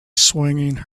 swinging